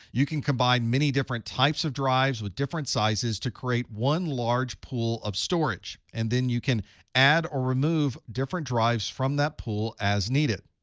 you can combine many different types of drives with different sizes to create one large pool of storage, and then you can add or remove different drives from that pool as needed.